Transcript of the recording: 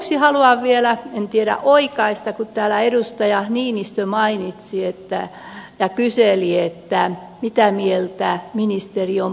lopuksi haluan vielä oikaista kun täällä edustaja niinistö mainitsi ja kyseli mitä mieltä ministeri on paljuselleistä